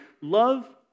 love